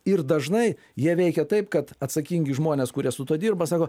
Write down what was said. ir dažnai jie veikia taip kad atsakingi žmonės kurie su tuo dirba sako